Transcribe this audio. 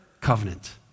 covenant